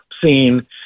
seen